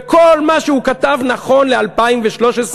וכל מה שהוא כתב נכון ל-2013,